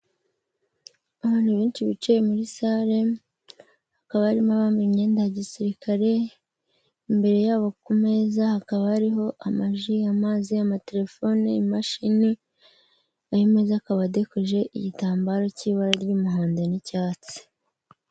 Abantu benshi bicaye muri sare hakaba harimo abambaye imyenda ya gisirikare, imbere yabo ku meza hakaba hariho amaji, amazi, amatelefone, imashini. Ayo meza akaba adekoje igitambaro cy'ibara ry'umuhondo n'icyatsi.